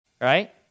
right